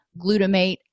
glutamate